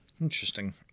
Interesting